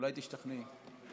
אולי תשתכנעי.